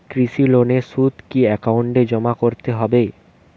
কৃষি লোনের সুদ কি একাউন্টে জমা করতে হবে?